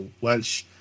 Welsh